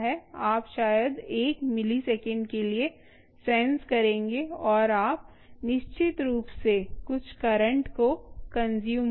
आप शायद 1 मिलीसेकंड के लिए सेंस करेंगे और आप निश्चित रूप से कुछ करंट को कंज़्यूम करेंगे